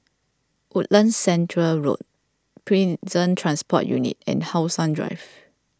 Woodlands Centre Road Prison Transport Unit and How Sun Drive